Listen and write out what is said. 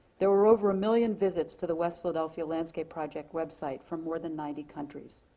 there were over a million visits to the west philadelphia landscape project website from more than ninety countries.